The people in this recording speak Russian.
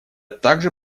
также